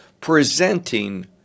presenting